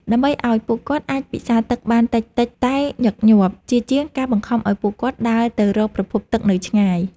ដើម្បីឱ្យពួកគាត់អាចពិសាទឹកបានតិចៗតែញឹកញាប់ ជាជាងការបង្ខំឱ្យពួកគាត់ដើរទៅរកប្រភពទឹកនៅឆ្ងាយ។